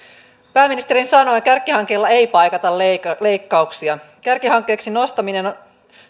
pääministerin sanoin kärkihankkeilla ei paikata leikkauksia kärkihankkeeksi nostamisen